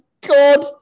God